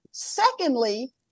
Secondly